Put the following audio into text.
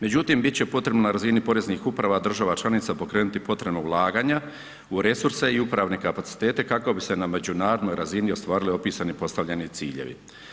Međutim, bit će potrebna na razini poreznih uprava država članica pokrenuti potrebna ulaganja u resurse i u upravne kapacitete kako bi se na međunarodnoj razini ostvarili opisani postavljeni ciljevi.